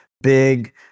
big